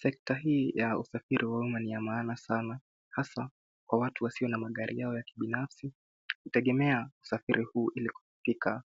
Sekta hii ya usafiri wa uma ni ya maana sana hasa kwa watu wasio na magari yao ya kibinafsi hutegemea usafiri huu ili kufika